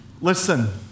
Listen